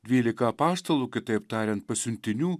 dvylika apaštalų kitaip tariant pasiuntinių